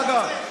דרך אגב,